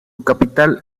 capital